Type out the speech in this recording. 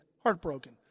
Heartbroken